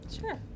Sure